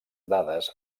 dades